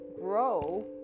grow